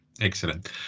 Excellent